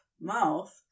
mouth